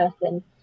person